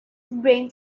bring